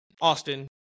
Austin